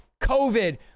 COVID